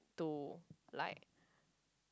to like